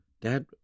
dad